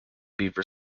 beaver